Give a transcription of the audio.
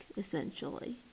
essentially